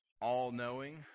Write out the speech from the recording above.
all-knowing